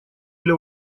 для